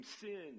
sin